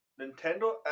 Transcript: Nintendo